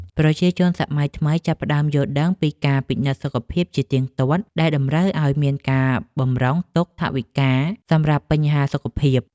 ប្រជាជនសម័យថ្មីចាប់ផ្ដើមយល់ដឹងពីការពិនិត្យសុខភាពជាទៀងទាត់ដែលតម្រូវឱ្យមានការបម្រុងទុកថវិកាសម្រាប់បញ្ហាសុខភាព។